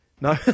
No